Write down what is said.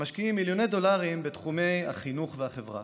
משקיעים מיליוני דולרים בתחומי החינוך והחברה.